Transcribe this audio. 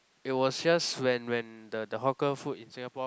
it was just when when the the hawker food in Singapore